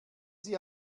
sie